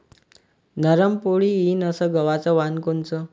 नरम पोळी येईन अस गवाचं वान कोनचं?